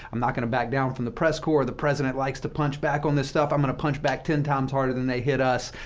i'm not going to back down from the press corps. the president likes to punch back on this stuff i'm going to punch back ten times harder than they hit us.